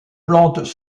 plantes